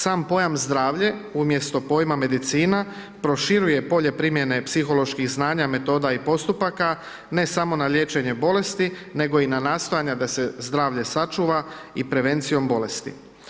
Sam pojam zdravlje umjesto pojma medicina proširuje polje primjene psiholoških znanje, metoda i postupaka, ne samo na liječenje bolesti, nego i na nastojanja da se zdravlje sačuva i prevencijom bolesti.